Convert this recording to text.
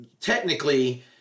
technically